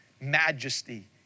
majesty